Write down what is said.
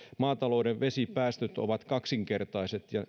maatalouden typpipäästöt ovat kaksinkertaiset ja